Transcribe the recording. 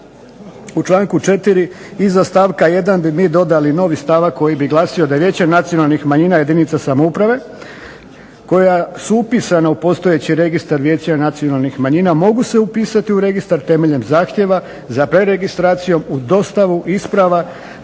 U članku 4. iza stavka 1. bi mi dodali novi stavak koji bi glasio da je Vijeće nacionalnih manjina, jedinica samouprave koja su upisana u postojeći Registar vijeća nacionalnih manjina mogu se upisati u registar temeljem zahtjeva za preregistracijom u dostavu isprava